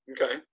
Okay